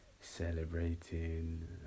celebrating